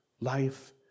life